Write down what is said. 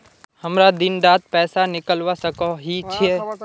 हमरा दिन डात पैसा निकलवा सकोही छै?